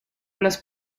los